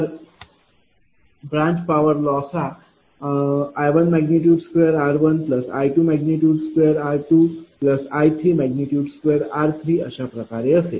तर branch power loss हा I12r1I22r2I32r3 अशाप्रकारे असेल